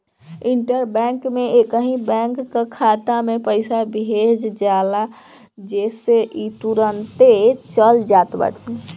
inter bank में एकही bank कअ खाता में पईसा भेज जाला जेसे इ तुरंते चल जात बाटे